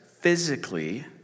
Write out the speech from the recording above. physically